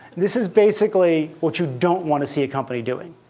this is basically what you don't want to see a company doing.